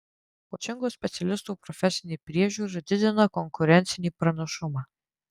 koučingo specialistų profesinė priežiūra didina konkurencinį pranašumą